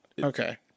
Okay